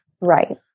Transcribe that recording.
Right